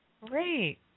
Great